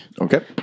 okay